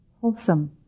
wholesome